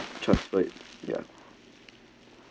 chocolate ya